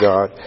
God